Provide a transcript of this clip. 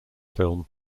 film